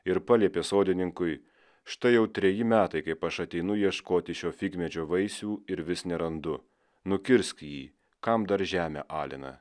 ir paliepė sodininkui štai jau treji metai kaip aš ateinu ieškoti šio figmedžio vaisių ir vis nerandu nukirsk jį kam dar žemę alina